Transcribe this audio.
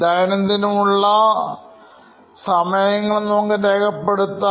ദൈനംദിനം ഉള്ള സമയങ്ങൾ നമുക്ക് രേഖപ്പെടുത്താം